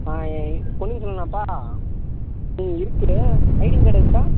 பொன்னியின் செல்வனாப்பா ம் இருக்குது ஐடி கார்டு இருக்கா